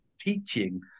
teaching